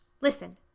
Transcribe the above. Listen